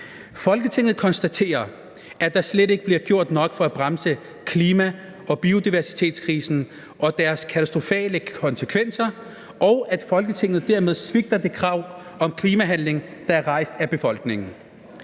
»Folketinget konstaterer, at der slet ikke bliver gjort nok for at bremse klima- og biodiversitetskrisen og deres katastrofale konsekvenser, og at Folketinget dermed svigter det krav om klimahandling, der er rejst af befolkningen.